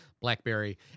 Blackberry